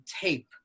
tape